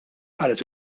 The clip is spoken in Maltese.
qalet